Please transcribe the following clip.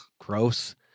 gross